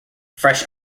fresh